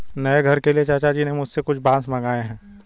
नए घर के लिए चाचा जी ने मुझसे कुछ बांस मंगाए हैं